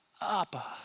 Abba